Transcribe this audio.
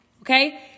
okay